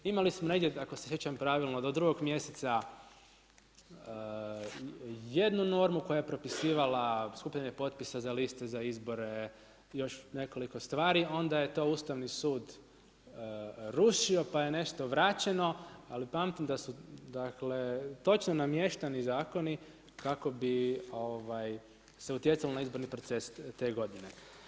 Imali smo negdje ako se sjećam pravilno do 2. mjeseca jednu normu koja je propisivala skupljanje potpisa za liste za izbore i još nekoliko stvari, onda je to Ustavni sud rušio pa je nešto vraćeno, ali pamtim točno namještani zakoni kako bi se utjecalo na izborni proces te godine.